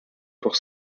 pour